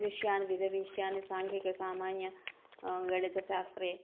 विषयान् विविधविषयान् साङ्गिकसामान्यः गणित शास्त्रम्